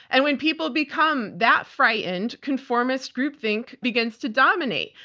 and when people become that frightened, conformist groupthink begins to dominate.